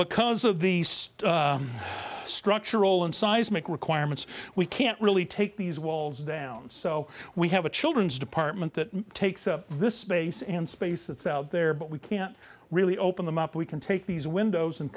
because of these structural and seismic requirements we can't really take these walls down so we have a children's department that takes up this space and space that's out there but we can't really open them up we can take these windows and